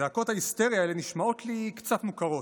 זעקות ההיסטריה האלו נשמעות לי קצת מוכרות,